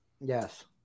Yes